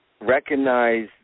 recognize